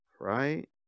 right